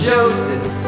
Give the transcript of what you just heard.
Joseph